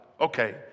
Okay